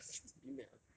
actually what's BMAT ah